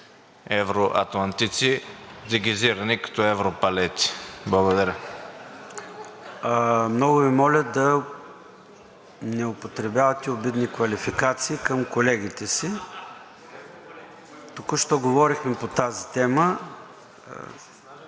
евроатлантици, дегизирани като европалети. Благодаря. ПРЕДСЕДАТЕЛ ЙОРДАН ЦОНЕВ: Много Ви моля да не употребявате обидни квалификации към колегите си. Току-що говорихме по тази тема.